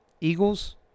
Eagles